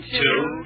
two